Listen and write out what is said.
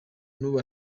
n’ubu